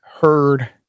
heard